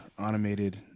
automated